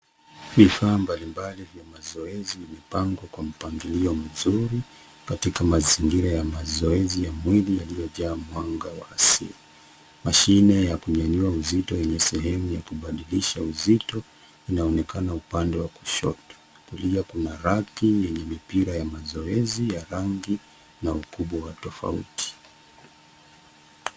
Vifaa sifa mbalimbali vya mazoezi vimepangwa kwa mpangilio mzuri katika mazingira ya mazoezi ya mwili yaliyojaa mwanga wa asili. Mashine ya kunyanyua uzito yenye sehemu ya kubadilisha uzito inaonekana upande wa kushoto. Kulia kuna raki yenye mipira ya mazoezi ya rangi na ukubwa wa tofauti.